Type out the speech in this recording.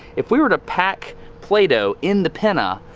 if we were to pack play-doh in the pinna,